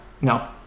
No